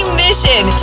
mission